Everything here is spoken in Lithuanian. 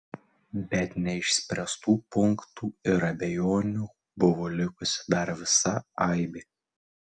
bet neišspręstų punktų ir abejonių buvo likusi dar visa aibė